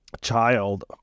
child